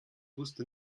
wusste